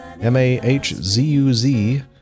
M-A-H-Z-U-Z